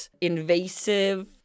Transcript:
invasive